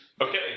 Okay